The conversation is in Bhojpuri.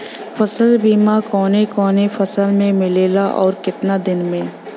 फ़सल बीमा कवने कवने फसल में मिलेला अउर कितना दिन में?